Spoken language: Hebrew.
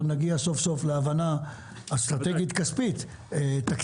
נגיע סוף-סוף להבנה אסטרטגית כספית-תקציבית,